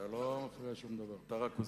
אתה לא מפריע בשום דבר, אתה רק עוזר.